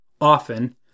often